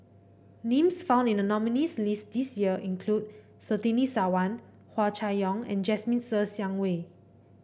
names found in the nominees' list this year include Surtini Sarwan Hua Chai Yong and Jasmine Ser Xiang Wei